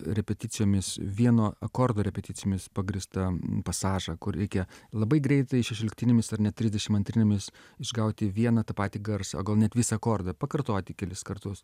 repeticijomis vieno akordo repeticijomis pagristam pasažą kur reikia labai greitai šešioliktinėmis ar net trisdešimt antrinėmis išgauti vieną tą patį garsą gal net visą akordą pakartoti kelis kartus